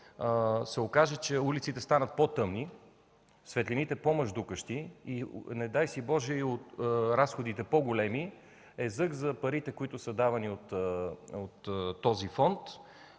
се окаже, че улиците станат по-тъмни, а светлините по-мъждукащи и, не дай си Боже, разходите по-големи, язък за парите, които са давани от този фонд,